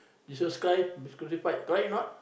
Jesus Christ is crucified correct not